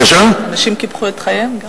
אנשים קיפחו את חייהם.